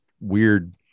weird